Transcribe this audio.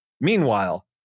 Meanwhile